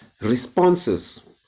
responses